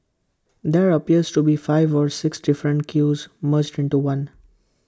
there appears to be five or six different queues merged into one